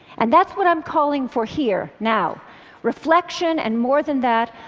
and that's what i'm calling for here, now reflection and, more than that,